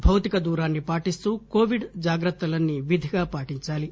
భౌతిక దూరాన్ని పాటిస్తూ కోవిడ్ జాగ్రత్తలన్నీ విధిగా పాటించాలి